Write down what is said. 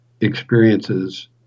experiences